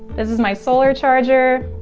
my solar charger.